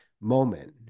moment